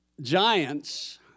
giants